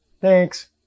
Thanks